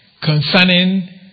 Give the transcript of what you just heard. concerning